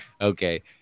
okay